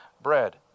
bread